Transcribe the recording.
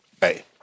hey